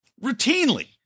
routinely